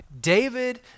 David